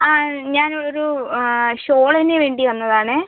ആ ഞാൻ ഒരു ഷ്വാളിന് വേണ്ടി വന്നതാണ്